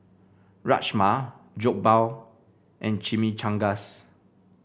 Rajma Jokbal and Chimichangas